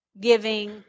giving